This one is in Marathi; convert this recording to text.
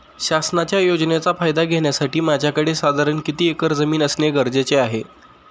शासनाच्या योजनेचा फायदा घेण्यासाठी माझ्याकडे साधारण किती एकर जमीन असणे गरजेचे आहे?